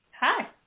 Hi